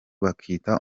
bakita